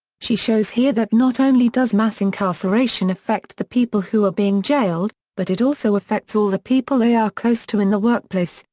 she shows here that not only does mass incarceration affect the people who are being jailed, but it also affects all the people they are close to in the workplace,